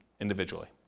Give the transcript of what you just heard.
individually